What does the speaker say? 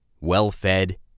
well-fed